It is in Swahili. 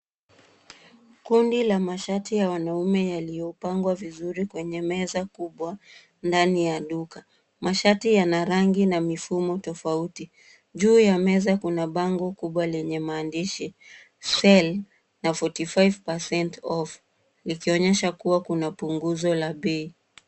Kundi la mashati ya mwanaume yaliopangwa vizuri kwenye meza kubwa, ndani ya duka. Mashati yana rangi, na mifumo tofauti. Juu ya meza kuna bango kubwa lenye maandishi, sale na 45% off , likionyesha kuwa kuna punguzo la bei.